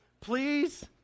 please